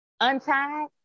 untied